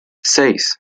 seis